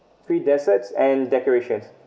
free desserts and decorations